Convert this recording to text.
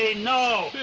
ah no.